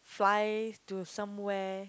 fly to somewhere